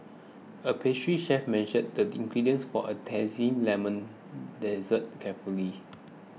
a pastry chef measured the ingredients for a Zesty Lemon Dessert carefully